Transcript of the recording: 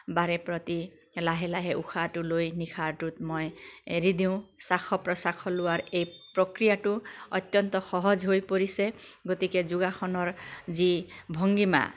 বাৰে প্ৰতি লাহে লাহে উশাহটো লৈ নিশাহটোত মই এৰি দিওঁ শ্বাস প্ৰশ্বাস লোৱাৰ এই প্ৰক্ৰিয়াটো অত্যন্ত সহজ হৈ পৰিছে গতিকে যোগাসনৰ যি ভংগীমা